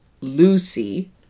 Lucy